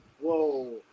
whoa